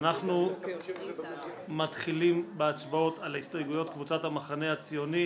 אנחנו מתחילים בהצבעות על ההסתייגויות של קבוצת המחנה הציוני